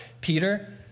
Peter